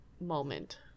moment